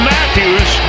Matthews